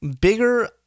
bigger